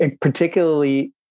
particularly